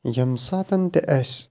ییٚمہِ ساتَن تہِ اَسہِ